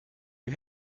you